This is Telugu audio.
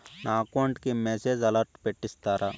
నా అకౌంట్ కి మెసేజ్ అలర్ట్ పెట్టిస్తారా